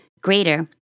greater